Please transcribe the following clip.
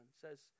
says